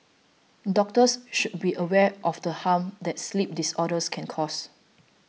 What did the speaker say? doctors should be aware of the harm that sleep disorders can cause